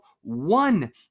one